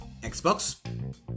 Xbox